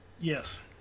Yes